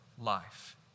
life